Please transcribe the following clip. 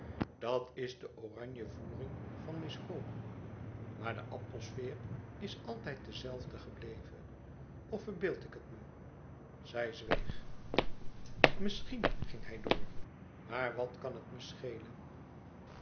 dat is de oranje voering van miss hope maar de atmosfeer is altijd de zelfde gebleven of verbeeld ik het me zij zweeg misschien ging hij door maar wat kan het me schelen